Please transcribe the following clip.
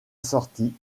sortie